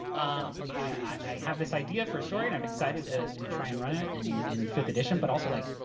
ah i have this idea for a story, and i'm excited to to try and run it in in fifth edition, but also like,